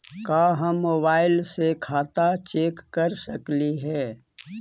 का हम मोबाईल से खाता चेक कर सकली हे?